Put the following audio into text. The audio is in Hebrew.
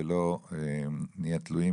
ולא נהיה תלויים